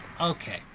okay